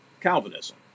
Calvinism